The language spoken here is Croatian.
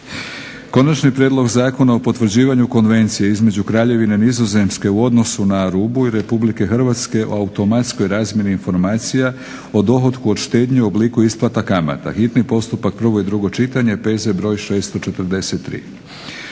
Konačni prijedlog Zakona o potvrđivanju Konvencije između Kraljevine Nizozemske, u odnosu na Arubu, i Republike Hrvatske o automatskoj razmjeni informacija o dohotku od štednje u obliku isplata kamata, hitni postupak, prvo i drugo čitanje, P.Z. br. 643;